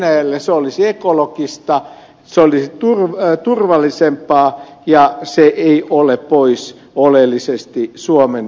se olisi ekologista se olisi turvallisempaa ja se ei ole oleellisesti pois suomen satamilta